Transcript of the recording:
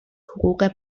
حقوق